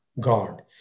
God